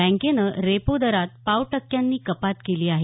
बँकेनं रेपो दरात पाव टक्क्यांनी कपात केली आहे